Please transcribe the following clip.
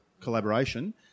collaboration